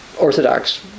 Orthodox